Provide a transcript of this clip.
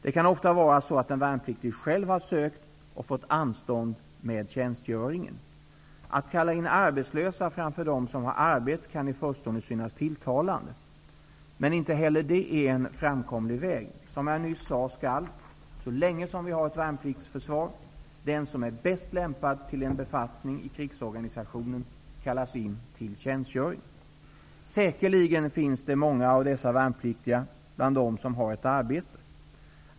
Det kan ofta vara så att den värnpliktige själv har sökt och fått anstånd med tjänstgöringen. Att kalla in arbetslösa framför dem som har arbete kan i förstone synas tilltalande. Men det är inte heller en framkomlig väg. Som jag nyss sade skall -- så länge som vi har ett värnpliktsförsvar -- den som är bäst lämpad för en befattning i krigsorganisationen kallas till tjänstgöring. Säkerligen finns många av dessa värnpliktiga bland dem som har ett arbete.